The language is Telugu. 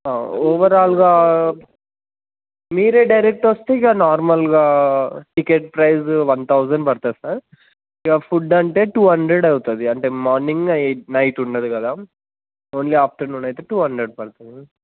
ఓవరాల్గా మీరే డైరెక్ట్ వస్తే ఇక నార్మల్గా టికెట్ ప్రైస్ వన్ థౌజండ్ పడుతుంది సార్ ఇక ఫుడ్ అంటే టూ హండ్రెడ్ అవుతుంది అంటే మార్నింగ్ ఎయి నైట్ ఉండదు కదా ఓన్లీ ఆఫ్టర్నూన్ అయితే టూ హండ్రెడ్ పడుతుంది